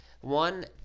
one